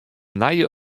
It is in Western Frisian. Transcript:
nije